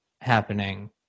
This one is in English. happening